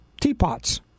teapots